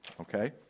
okay